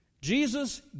Jesus